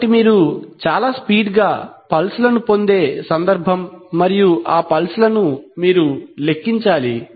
కాబట్టి మీరు చాలా స్పీడ్ గా పల్స్ లను పొందే సందర్భం మరియు ఆ పల్స్ లను లను లెక్కించాలి